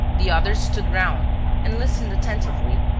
the others stood round and listened attentively.